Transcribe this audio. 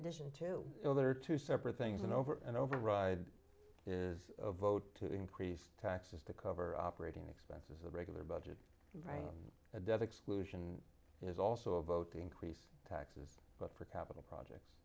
addition to the other two separate things and over and over ride is a vote to increase taxes to cover operating expenses a regular budget write a debt exclusion is also a vote to increase taxes but for capital projects